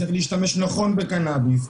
איך להשתמש נכון בקנאביס,